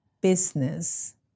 business